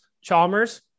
Chalmers